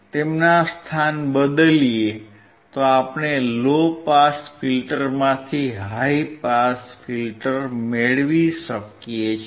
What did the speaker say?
તેમના સ્થાન બદલીએ તો આપણે લો પાસ ફિલ્ટરમાંથી હાઇ પાસ ફિલ્ટર મેળવી શકો છો